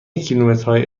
کیلومترهای